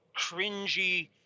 cringy